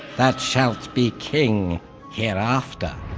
that shalt be king hereafter!